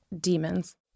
demons